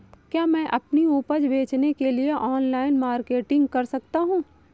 क्या मैं अपनी उपज बेचने के लिए ऑनलाइन मार्केटिंग कर सकता हूँ?